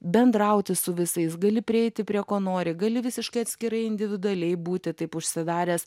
bendrauti su visais gali prieiti prie ko nori gali visiškai atskirai individualiai būti taip užsidaręs